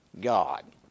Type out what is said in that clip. God